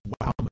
wow